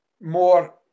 more